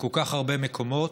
בכל כך הרבה מקומות,